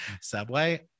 Subway